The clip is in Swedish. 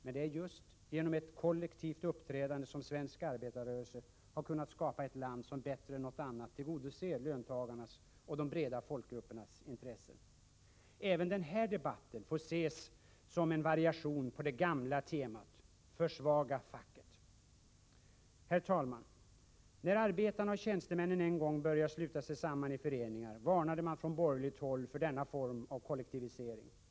Men det är just genom ett kollektivt uppträdande som svensk arbetarrörelse har kunnat skapa ett land som bättre än något annat tillgodoser löntagarnas och de breda folkgruppernas intressen. Även den här debatten får ses som en variation på det gamla temat: Försvaga facket! Herr talman! När arbetarna och tjänstemännen en gång började sluta sig samman i föreningar, varnade man från borgerligt håll för denna form av kollektivisering.